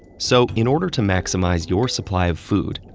so, in order to maximize your supply of food,